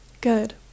good